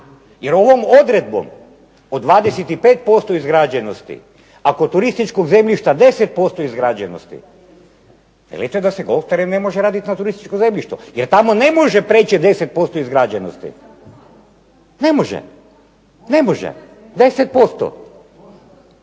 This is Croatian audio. Jer ovom odredbom od 25% izgrađenosti, a kod turističkog zemljišta 10% izgrađenosti velite da se golf teren ne može raditi na turističkom zemljištu, jer tamo ne može prijeći 10% izgrađenosti. Ne može, ne može, 10%,